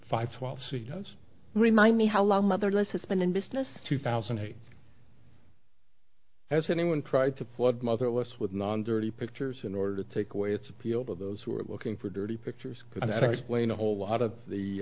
five twelve c m s remind me how long motherless has been in business two thousand and eight has anyone tried to flood motherless with non dirty pictures in order to take away its appeal to those who are looking for dirty pictures that explain a whole lot of the